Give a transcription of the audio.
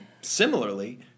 similarly